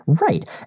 Right